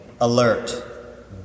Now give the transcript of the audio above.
alert